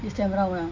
this time round lah